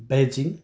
Beijing